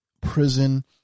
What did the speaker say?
prison